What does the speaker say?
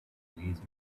his